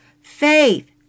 faith